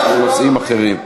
לנושאים אחרים.